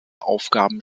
aufgaben